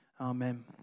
Amen